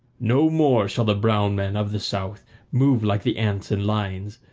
no more shall the brown men of the south move like the ants in lines,